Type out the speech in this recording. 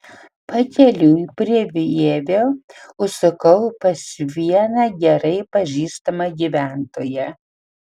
pakeliui prie vievio užsukau pas vieną gerai pažįstamą gyventoją